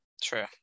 True